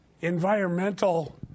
environmental